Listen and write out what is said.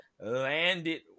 landed